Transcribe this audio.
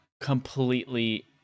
completely